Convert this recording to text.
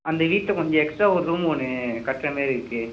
அந்த வீட்டில் கொஞ்சம் எக்ஸ்ட்ரா ஒரு ரூமு ஒன்று கட்டுற மாரி இருக்குது